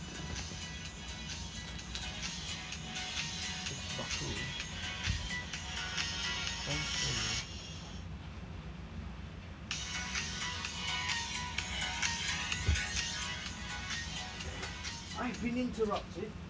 I've been interrupted